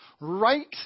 right